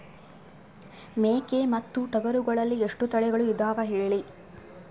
ಮೇಕೆ ಮತ್ತು ಟಗರುಗಳಲ್ಲಿ ಎಷ್ಟು ತಳಿಗಳು ಇದಾವ ಹೇಳಿ?